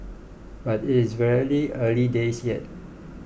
but it is very early days yet